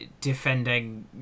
defending